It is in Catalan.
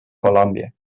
colòmbia